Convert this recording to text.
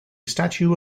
statue